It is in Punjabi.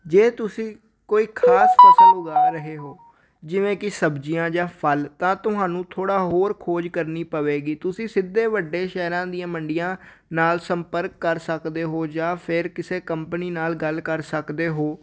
ਜੇ ਤੁਸੀਂ ਕੋਈ ਖ਼ਾਸ ਫਸਲ ਉਗਾ ਰਹੇ ਹੋ ਜਿਵੇਂ ਕਿ ਸਬਜ਼ੀਆਂ ਜਾਂ ਫਲ ਤਾਂ ਤੁਹਾਨੂੰ ਥੋੜ੍ਹਾ ਹੋਰ ਖੋਜ ਕਰਨੀ ਪਵੇਗੀ ਤੁਸੀਂ ਸਿੱਧੇ ਵੱਡੇ ਸ਼ਹਿਰਾਂ ਦੀਆਂ ਮੰਡੀਆਂ ਨਾਲ ਸੰਪਰਕ ਕਰ ਸਕਦੇ ਹੋ ਜਾਂ ਫਿਰ ਕਿਸੇ ਕੰਪਨੀ ਨਾਲ ਗੱਲ ਕਰ ਸਕਦੇ ਹੋ